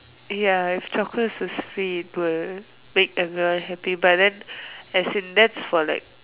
ya chocolates is sweet but will make everyone happy but then as in that's for like